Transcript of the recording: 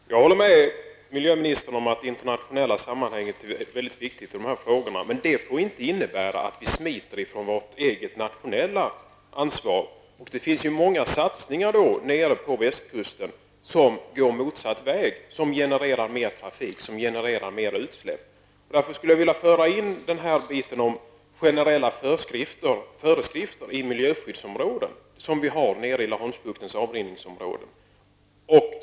Herr talman! Jag håller med miljöministern om att det internationella sammanhanget är viktigt i dessa frågor. Det får inte innebära att vi smiter från vårt egna nationella ansvar. Det finns många satsningar på västkusten som går motsatt väg, dvs. genererar mer trafik och mer utsläpp. Därför vill jag föra in frågan om generella föreskrifter i miljöskyddsområdet, som vi t.ex. har i Laholmsbuktens avriningsområden.